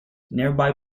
nearby